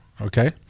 okay